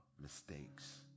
mistakes